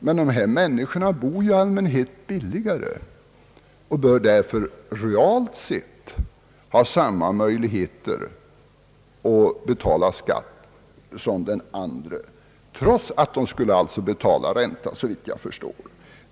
Men villaägarna bor i allmänhet billigare än de som bor i hyreslägenhet och bör därför reellt sett ha samma möjligheter att betala skatt som andra, även om de alltså skulle betala ränta utan att få göra avdrag.